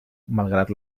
malgrat